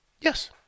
Yes